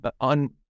on